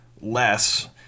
less